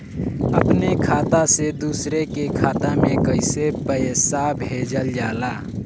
अपने खाता से दूसरे के खाता में कईसे पैसा भेजल जाला?